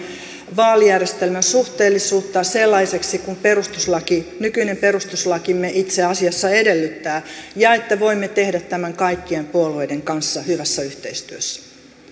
vaalijärjestelmämme suhteellisuutta sellaiseksi kuin nykyinen perustuslakimme itse asiassa edellyttää ja että voimme tehdä tämän kaikkien puolueiden kanssa hyvässä yhteistyössä